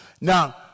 Now